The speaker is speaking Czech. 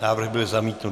Návrh byl zamítnut.